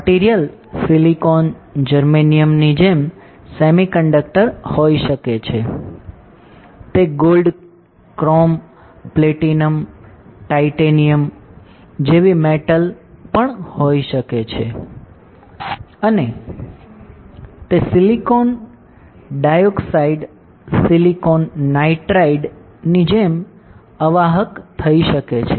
material silicon germanium ની જેમ semiconductor હોઈ શકે છે તે ગોલ્ડ ક્રોમ પ્લેટિનમ ટાઇટેનિયમ જેવી મેટલ હોઈ શકે છે અને તે સિલિકોન ડાયોક્સાઇડ સિલિકોન નાઇટ્રાઇડ ની જેમ અવાહક થઈ શકે છે